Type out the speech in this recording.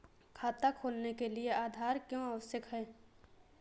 खाता खोलने के लिए आधार क्यो आवश्यक है?